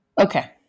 Okay